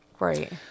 Right